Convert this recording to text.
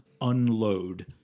Unload